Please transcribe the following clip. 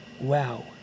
wow